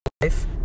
life